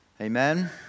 Amen